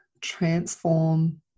transform